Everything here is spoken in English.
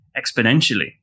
exponentially